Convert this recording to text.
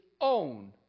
own